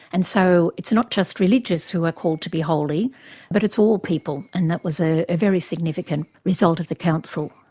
and so it's not just religious who are called to be holy but it's all people and that was a ah very significant result of the council.